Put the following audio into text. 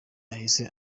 yahise